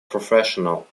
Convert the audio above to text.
professional